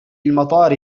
المطار